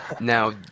Now